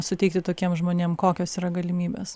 suteikti tokiem žmonėm kokios yra galimybės